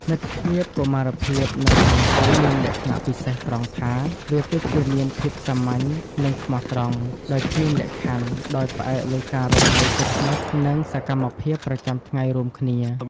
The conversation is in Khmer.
មិត្តភាពកុមារភាពនៅតាមភូមិមានលក្ខណៈពិសេសត្រង់ថា វាពិតជាមានភាពសាមញ្ញនិងស្មោះត្រង់ដោយគ្មានលក្ខខណ្ឌ ដោយផ្អែកលើការរស់នៅជិតស្និទ្ធនិងសកម្មភាពប្រចាំថ្ងៃរួមគ្នា។